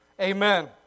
Amen